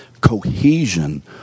cohesion